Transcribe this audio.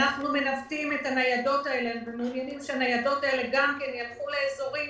אנחנו מנווטים את הניידות האלה כדי שגם הן ילכו לאזורים